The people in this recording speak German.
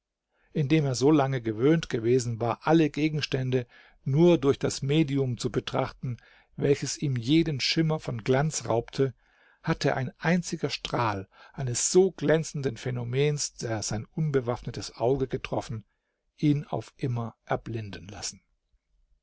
indem er so lange gewöhnt gewesen war alle gegenstände nur durch das medium zu betrachten welches ihm jeden schimmer von glanz raubte hatte ein einziger strahl eines so glänzenden phänomens der sein unbewaffnetes auge getroffen ihn auf immer erblinden lassen